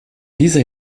dieser